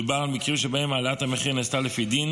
מדובר על מקרים שבהם העלאת המחיר נעשתה לפי דין